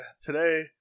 today